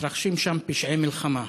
מתרחשים שם פשעי מלחמה.